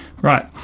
Right